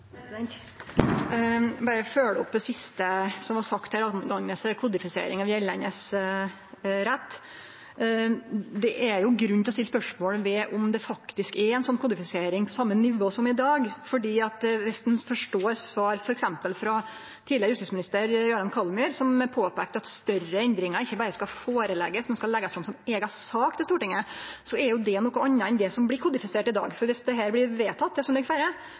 Eg vil berre følgje opp det siste som vart sagt her angåande kodifisering av gjeldande rett. Det er jo grunn til å stille spørsmål ved om det faktisk er ei kodifisering på same nivå som i dag. For dersom ein forstår svar f.eks. frå tidlegare justisminister Jøran Kallmyr, som påpeikte at større endringar ikkje berre skal føreleggjast, men skal leggjast fram som eiga sak for Stortinget, er det noko anna enn det som blir kodifisert i dag. Dersom det som ligg føre, blir vedteke, skal det føreleggjast, det skal ikkje leggjast fram som eiga sak. Det